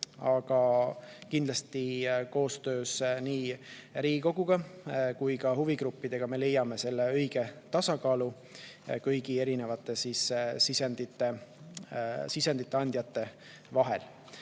aga kindlasti koostöös nii Riigikoguga kui ka huvigruppidega me leiame selle õige tasakaalu kõigi erinevate sisendite andjate vahel.